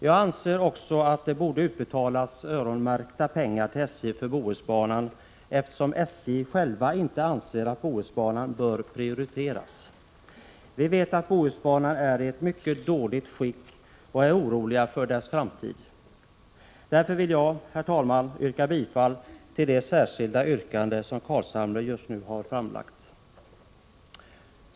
Jag anser också att det borde utbetalas öronmärkta pengar till SJ för Bohusbanan, eftersom SJ själv inte anser att Bohusbanan bör prioriteras. Vi vet att Bohusbanan är i ett mycket dåligt skick och är oroliga för dess framtid. Därför vill jag, herr talman, yrka bifall till det särskilda yrkande som Nils Carlshamre har framlagt.